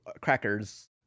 crackers